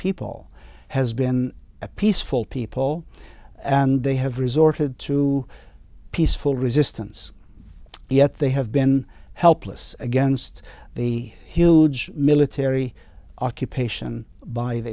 people has been a peaceful people and they have resorted to peaceful resistance yet they have been helpless against the huge military occupation by the